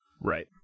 Right